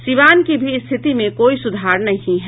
सिवान की भी स्थिति में कोई सुधार नहीं है